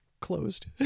closed